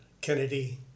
Kennedy